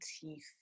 teeth